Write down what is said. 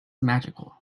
magical